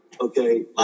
Okay